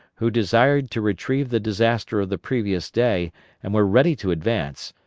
who desired to retrieve the disaster of the previous day and were ready to advance,